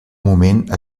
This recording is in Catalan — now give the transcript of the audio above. moment